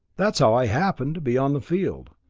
that's how i happened to be on the field.